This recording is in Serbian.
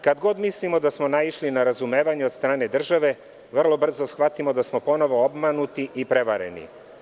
Kad god mislimo da smo naišli na razumevanje od strane države, vrlo brzo shvatimo da smo ponovo obmanuti i prevareni.